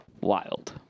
Wild